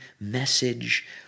message